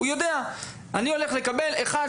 הוא יודע: אני הולך לקבל 1,